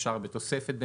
אפשר בתוספת,